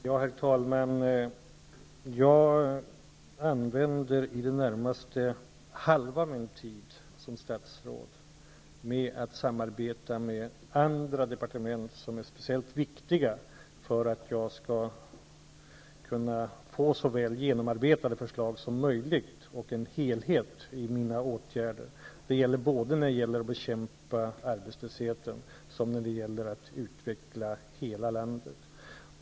Herr talman! Jag använder i det närmaste halva min tid som statsråd till att samarbeta med andra departement som är speciellt viktiga för att jag skall kunna få så väl genomarbetade förslag som möjligt och en helhet i mina åtgärder, både när det gäller att bekämpa arbetslösheten och när det gäller att utveckla hela landet.